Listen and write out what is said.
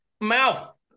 mouth